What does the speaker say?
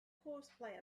horseplay